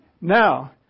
now